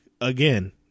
Again